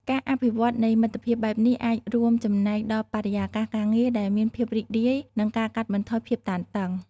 ការអភិវឌ្ឍន៍នៃមិត្តភាពបែបនេះអាចរួមចំណែកដល់បរិយាកាសការងារដែលមានភាពរីករាយ និងការកាត់បន្ថយភាពតានតឹង។